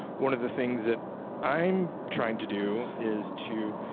one of the things that i'm trying to do is to,